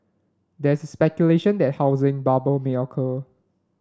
there is speculation that a housing bubble may occur